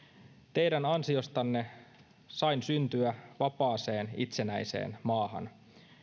teidän ansiostanne sain syntyä vapaaseen itsenäiseen maahan